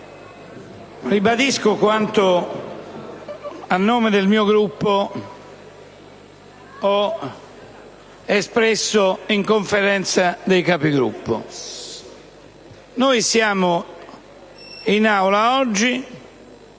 ribadisco quanto, a nome del mio Gruppo, ho espresso in Conferenza dei Capigruppo. Siamo in Aula oggi